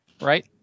Right